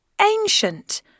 ancient